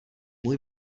můj